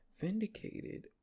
vindicated